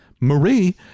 marie